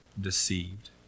deceived